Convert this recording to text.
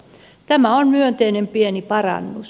tämä on myönteinen pieni parannus